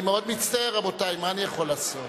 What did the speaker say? אני מאוד מצטער, רבותי, מה אני יכול לעשות.